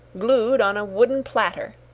glued on a wooden platter!